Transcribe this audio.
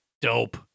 Dope